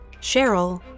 Cheryl